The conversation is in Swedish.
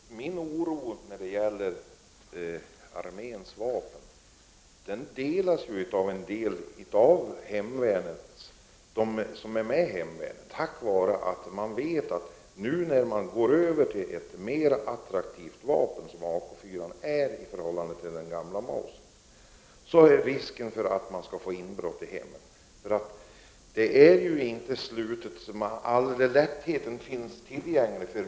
Herr talman! Min oro när det gäller arméns vapen delas av en del av dem som är med i hemvärnet. Detta kommer sig av risken för inbrott i hemmet i och med att man går över från den gamla mausern till den mer attraktiva Ak4. Uppgifter rörande vapeninnehav är ju inte hemliga, utan de finns lätt 47 tillgängliga.